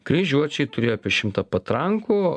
kryžiuočiai turėjo apie šimtą patrankų